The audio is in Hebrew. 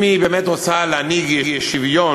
אם היא באמת רוצה להנהיג שוויון,